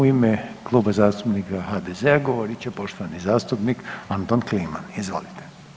U ime Kluba zastupnika HDZ-a govorit će poštovani zastupnik Anton Kliman, izvolite.